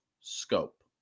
Scope